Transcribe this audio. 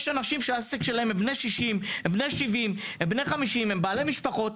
יש אנשים בני 50,60,70 שהם בעלי משפחות,